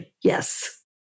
Yes